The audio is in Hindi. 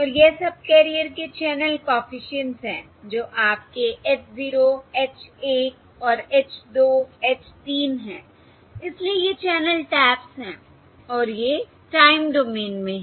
और यह सबकेरियर के चैनल कॉफिशिएंट्स है जो आपके H 0 H 1 और H 2 H 3 है इसलिए ये चैनल टैप्स हैं और ये टाइम डोमेन में हैं